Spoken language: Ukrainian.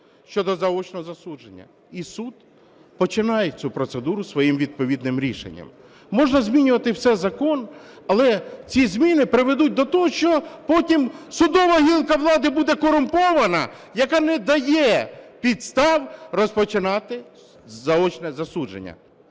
щодо заочного засудження, і суд починає цю процедуру своїм відповідним рішенням. Можна змінювати закон, але ці зміни приведуть до того, що потім судова гілка влади буде корумпована, яка не дає підстав розпочинати заочне засудження.